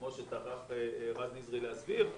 כמו שטרח רז נזרי להסביר,